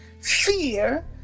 Fear